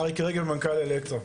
אריק רגב, מנכ"ל אלקטרה.